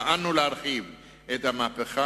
פעלנו להרחיב את המהפכה,